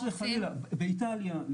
חס וחלילה .